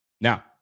Now